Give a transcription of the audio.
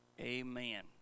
Amen